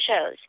shows